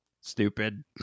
stupid